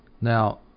Now